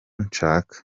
nshaka